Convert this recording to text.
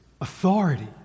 authority